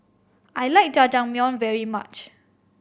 I like Jajangmyeon very much